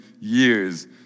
years